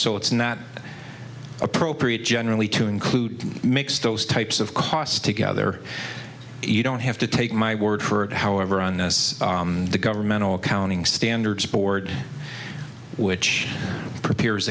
so it's not appropriate generally to include mix those types of costs together don't have to take my word for it however on the governmental accounting standards board which prepares